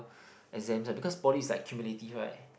exams right because poly is like cumulative right